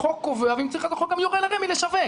החוק קובע ואם צריך גם החוק יורה לרמ"י לשווק.